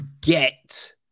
get